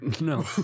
no